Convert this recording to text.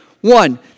One